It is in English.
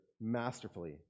masterfully